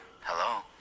Hello